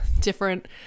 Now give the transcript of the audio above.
different